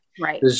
Right